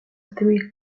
thrill